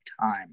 time